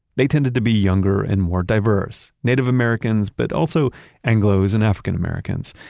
they tended to be younger and more diverse native americans, but also anglos and african-americans.